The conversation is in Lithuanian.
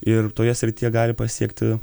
ir toje srityje gali pasiekti